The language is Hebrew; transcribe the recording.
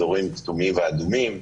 אזורים כתומים ואדומים,